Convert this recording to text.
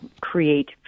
create